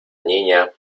niña